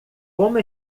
como